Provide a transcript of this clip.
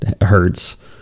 hurts